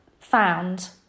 found